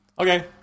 okay